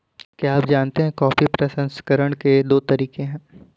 क्या आप जानते है कॉफी प्रसंस्करण के दो तरीके है?